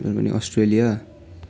Australia